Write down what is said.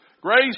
grace